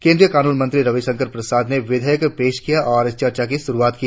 केंद्रीय कानून मंत्री रविशंकर प्रसाद ने विधेयक पेश किया और चर्चा की शुरुआत की